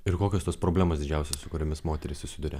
ir kokios tos problemos didžiausios su kuriomis moterys susiduria